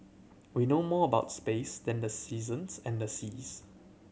we know more about space than the seasons and the seas